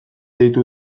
deitu